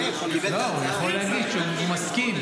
הוא יכול להגיד שהוא מסכים.